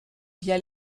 via